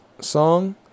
song